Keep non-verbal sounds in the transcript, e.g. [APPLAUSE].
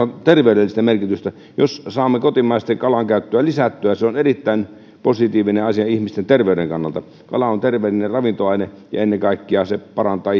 terveydellistä merkitystä jos saamme kotimaisen kalan käyttöä lisättyä se on erittäin positiivinen asia ihmisten terveyden kannalta kala on terveellinen ravintoaine ja ennen kaikkea se parantaa [UNINTELLIGIBLE]